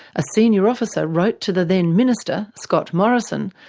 a senior officer wrote to the then minister, scott morrison,